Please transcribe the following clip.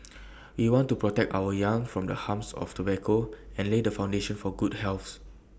we want to protect our young from the harms of tobacco and lay the foundation for good health